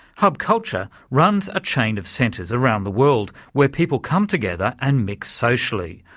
hub culture runs a chain of centres around the world where people come together and mix socially,